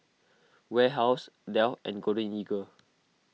Warehouse Dell and Golden Eagle